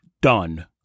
done